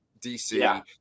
DC